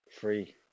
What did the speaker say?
free